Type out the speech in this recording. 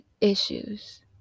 issues